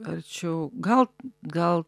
arčiau gal gal